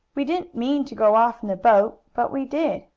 we didn't mean to go off in the boat, but we did,